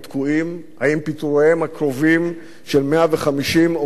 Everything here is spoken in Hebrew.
האם פיטוריהם הקרובים של 150 עובדי הערוץ